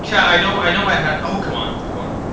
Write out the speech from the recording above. chad i know i know my hat oh come on come on